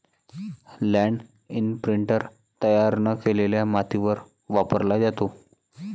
land imprinter तयार न केलेल्या मातीवर वापरला जातो